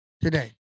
today